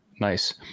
Nice